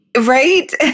right